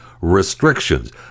restrictions